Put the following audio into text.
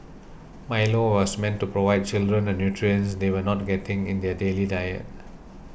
Milo was meant to provide children the nutrients they were not getting in their daily diet